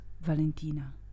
Valentina